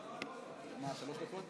אדוני היושב-ראש,